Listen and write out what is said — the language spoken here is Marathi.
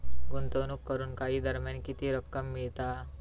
गुंतवणूक करून काही दरम्यान किती रक्कम मिळता?